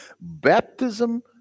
Baptism